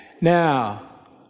Now